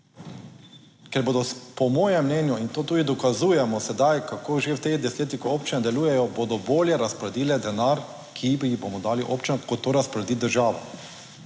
ker bodo po mojem mnenju, in to tudi dokazujemo sedaj, kako že v teh desetih, ko občine delujejo, bodo bolje razporedile denar, ki jih bomo dali občinam, kot to razporedi država.